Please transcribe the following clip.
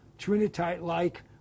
Trinitite-like